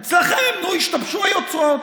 אצלכם, נו, השתבשו היוצרות.